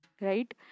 right